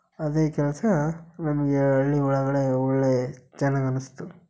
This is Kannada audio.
ಅದೇ ಕೆಲಸ ನಮಗೆ ಹಳ್ಳಿ ಒಳಗಡೆ ಒಳ್ಳೆಯ ಚೆನ್ನಾಗಿ ಅನ್ನಿಸ್ತು